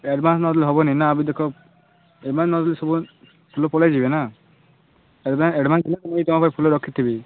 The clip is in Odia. ଆଡ଼ଭାନ୍ସ ନ ଦେଲେ ହଏବନି ନା ଏବେ ଦେଖ ଯିବି ନା ସେଥିପାଇଁ ଆଡ଼ଭାନ୍ସ ଦେଲେ ଆପଣଙ୍କ ପାଇଁ ଫୁଲ ରଖିଥିବି